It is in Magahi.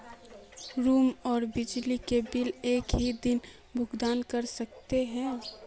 रूम आर बिजली के बिल एक हि दिन भुगतान कर सके है?